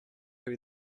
who